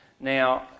Now